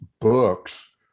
books